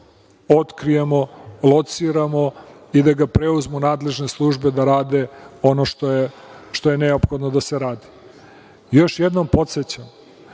otkrijemo, lociramo i da ga preuzmu nadležne službe, da rade ono što je neophodno da se radi. Još jednom podsećam,